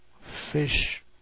fish